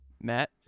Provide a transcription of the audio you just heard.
Matt